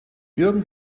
jürgen